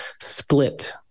split